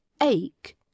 ache